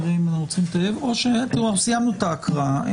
כבר סיימנו את ההקראה.